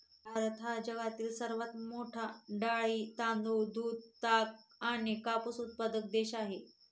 भारत हा जगातील सर्वात मोठा डाळी, तांदूळ, दूध, ताग आणि कापूस उत्पादक देश आहे